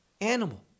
animal